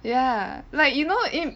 ya like you know